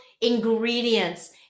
ingredients